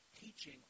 teaching